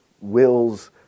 wills